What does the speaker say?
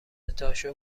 تاشو